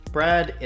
Brad